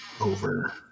Over